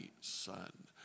son